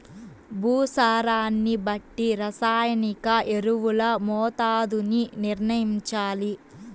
భూసారాన్ని బట్టి రసాయనిక ఎరువుల మోతాదుని నిర్ణయంచాలి